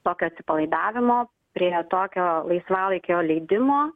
tokio atsipalaidavimo prie tokio laisvalaikio leidimo